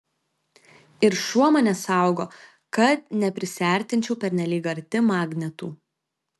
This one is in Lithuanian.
ir šuo mane saugo kad neprisiartinčiau pernelyg arti magnetų